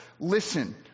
Listen